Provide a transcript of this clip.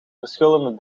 verschillende